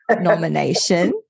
nomination